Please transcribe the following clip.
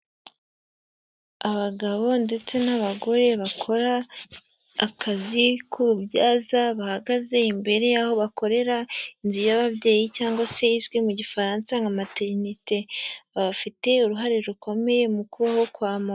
Abagabo ndetse n'abagore bakora akazi k'ububyaza, bahagaze imbere y'aho bakorera inzu y'ababyeyi cyangwa se izwi mu Gifaransa nka materinite, bafite uruhare rukomeye mu kubaho kwa mu...